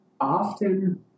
often